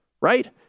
Right